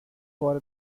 for